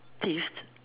thrift